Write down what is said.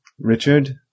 richard